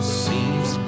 seems